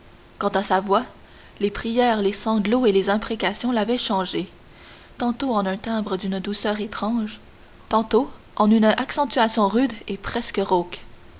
quant à sa voix les prières les sanglots et les imprécations l'avaient changée tantôt en un timbre d'une douceur étrange tantôt en une accentuation rude et presque rauque